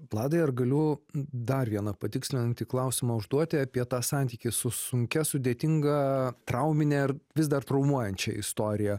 vladai ar galiu dar vieną patikslinantį klausimą užduoti apie tą santykį su sunkia sudėtinga traumine ar vis dar traumuojančia istorija